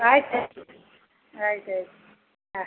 ಆಯ್ತಾಯಿತು ಆಯ್ತಾಯಿತು ಹಾಂ